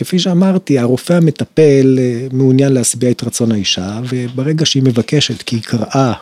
כפי שאמרתי, הרופא המטפל מעוניין להשביע את רצון האישה, וברגע שהיא מבקשת כי היא קראה...